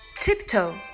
Tiptoe